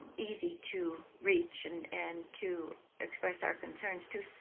easy to reach and and to express our concerns to.